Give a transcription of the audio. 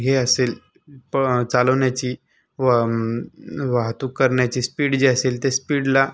हे असेल प चालवण्याची व वाहतूक करण्याची स्पीड जी असेल त्या स्पीडला